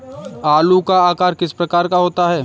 आलू का आकार किस प्रकार का होता है?